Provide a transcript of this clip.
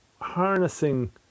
harnessing